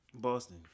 Boston